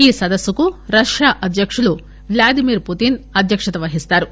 ఈ సదస్సుకు రష్యా అధ్వకులు వ్లాదమీర్ పుతిస్ అధ్వకత వహిస్తారు